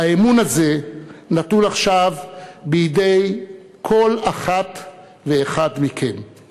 והאמון הזה נתון עכשיו בידי כל אחת ואחד מכם.